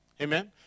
Amen